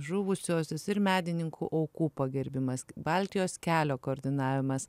žuvusiuosius ir medininkų aukų pagerbimas baltijos kelio koordinavimas